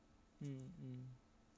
mm mm